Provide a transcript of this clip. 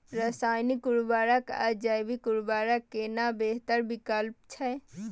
रसायनिक उर्वरक आ जैविक उर्वरक केना बेहतर विकल्प छै?